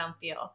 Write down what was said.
feel